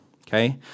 okay